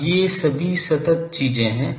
अब ये सभी सतत चीजें हैं